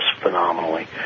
phenomenally